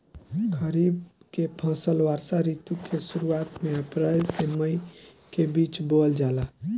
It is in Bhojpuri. खरीफ के फसल वर्षा ऋतु के शुरुआत में अप्रैल से मई के बीच बोअल जाला